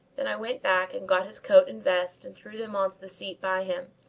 then i went back and got his coat and vest and threw them on to the seat by him.